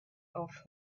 off